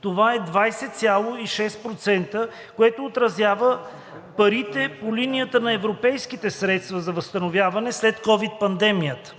Това е 20,6%, което отразява парите по линията на европейските средства за възстановяване след ковид пандемията.